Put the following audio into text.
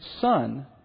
son